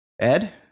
Ed